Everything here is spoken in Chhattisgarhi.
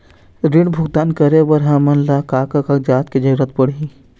ऋण भुगतान करे बर हमन ला का का कागजात के जरूरत पड़ही?